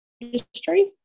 industry